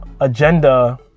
agenda